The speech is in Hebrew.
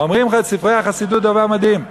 ואומרים ספרי החסידות דבר מדהים.